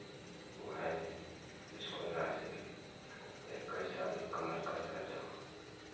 वो है बिसकोलरा से भी चाहे कैसा भी कमर का दर्द हो